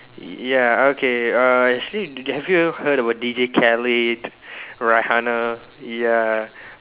ya okay err actually do have you ever heard about DJ Khalid Rihanna ya